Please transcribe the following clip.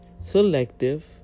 selective